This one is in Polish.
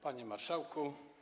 Panie Marszałku!